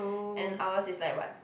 and ours is like what